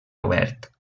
obert